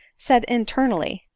said internally,